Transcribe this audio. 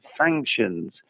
sanctions